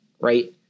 right